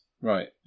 Right